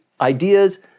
ideas